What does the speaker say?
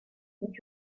that